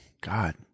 God